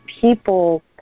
people